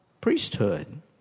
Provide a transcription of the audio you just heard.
priesthood